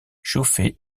chauffé